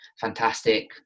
fantastic